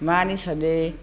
मानिसहरूले